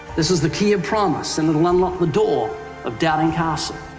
this is the key of promise, and it'll unlock the door of doubting castle.